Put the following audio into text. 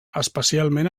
especialment